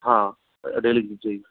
हाँ डेली भेजी